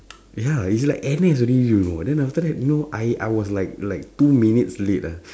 ya it's like N_S already you know then after that you know I I was like like two minutes late ah